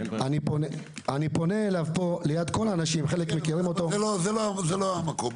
ליד כל האנשים --- זה לא המקום,